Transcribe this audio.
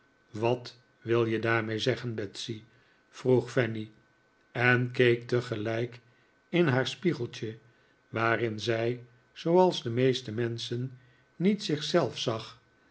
wat wil je daarmee zeggen betsy vroeg fanny en keek tegelijk in haar spiegeltje waarin zij zooals de meeste menschen niet zich zelf